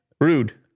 Rude